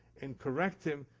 and correct him,